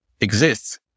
exists